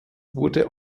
wurde